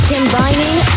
Combining